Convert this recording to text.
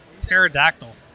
pterodactyl